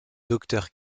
docteur